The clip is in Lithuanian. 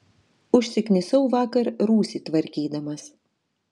užsiknisau vakar rūsį tvarkydamas